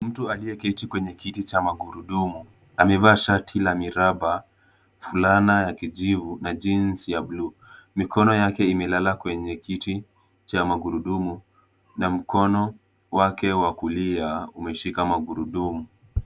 Mtu aliyeketi kwenye kiti cha magurudumu amevaa shati la miraba, fulana ya kijivu na jeans ya blue . Mikono yake imelala kwenye kiti cha magurudumu na mkono wake wa kulia umeshika magurudumu.